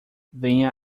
venha